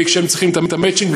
כשהם צריכים את המצ'ינג.